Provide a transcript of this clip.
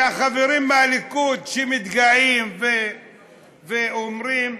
והחברים מהליכוד שמתגאים ואומרים,